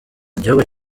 igihugu